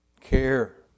care